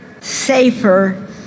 safer